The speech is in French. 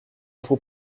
votre